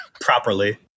Properly